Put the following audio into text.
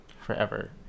forever